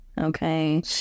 Okay